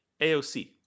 AOC